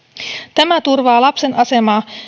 tämä turvaa lapsen